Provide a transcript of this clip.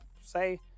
say